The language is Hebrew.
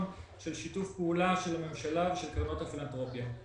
השקלים של שיתוף פעולה של הממשלה ושל קרנות הפילנתרופיה.